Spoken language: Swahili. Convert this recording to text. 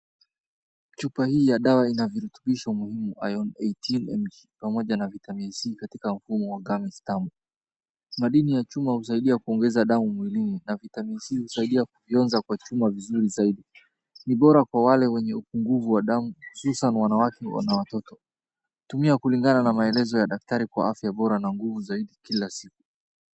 Chupa hii ya dawa ina virutubisho muhimu, ayon 18 pamoja na vitamini C katika mfumo wa kazi tamu. Madini ya chuma huongeza damu, na vitamini C husaidia mwili kunyonya chuma vizuri zaidi. Ni bora kwa wenye upungufu wa damu, hususan wanawake wana watoto, tumia kulingana na maelezo ya daktari kwa afya bora na nguvu zaidi kila siku.